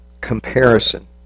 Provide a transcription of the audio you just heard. comparison